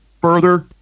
further